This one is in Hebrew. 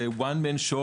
זה מופע של איש יחיד,